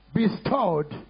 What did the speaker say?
bestowed